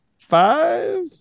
five